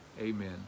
Amen